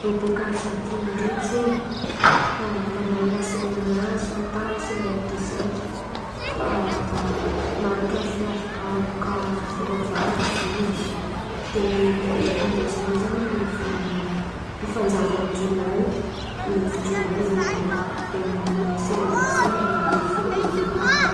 Rô bôka Arzantin̈y ndraiky zen̈y a manao la semana santa reo semainina de sainty fa marika f- avy a bôka fivavahana zen̈y izy io. De ny aindepandansin-dreo zen̈y ny volana ny fanjava ny jolay nefo jolay zen̈y rô de manao selebrasion manao defile be àby rô.